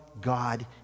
God